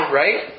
right